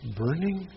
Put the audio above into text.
burning